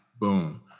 Boom